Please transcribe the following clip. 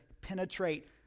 penetrate